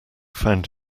found